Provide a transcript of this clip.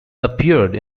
appeared